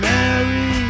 Mary